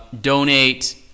donate